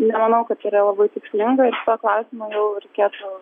nemanau kad čia yra labai tikslinga iš šituo klausimu jau reikėtų